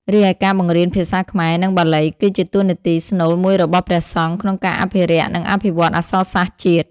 រីឯការបង្រៀនភាសាខ្មែរ និងបាលី គឺជាតួនាទីស្នូលមួយរបស់ព្រះសង្ឃក្នុងការអភិរក្ស និងអភិវឌ្ឍអក្សរសាស្ត្រជាតិ។